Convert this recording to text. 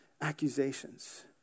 accusations